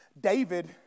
David